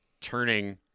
turning